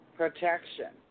protection